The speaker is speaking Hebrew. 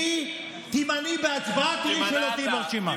תימנעי בהצבעה, תראי שלא תהיי ברשימה.